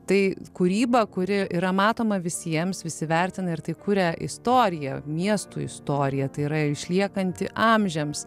tai kūryba kuri yra matoma visiems visi vertina ir tai kuria istoriją miestų istoriją tai yra išliekanti amžiams